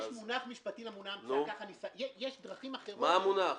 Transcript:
אז יש מונח משפטי --- יש דרכים אחרות --- מה המונח?